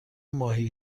ماهی